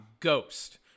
Ghost